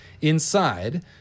Inside